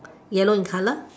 yellow in color